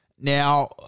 Now